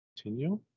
continue